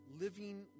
living